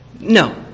no